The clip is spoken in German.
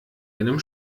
einem